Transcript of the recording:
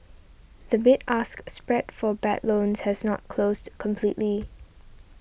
the bid ask spread for bad loans has not closed completely